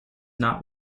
not